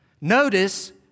Notice